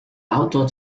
outdoor